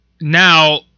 now